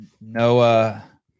Noah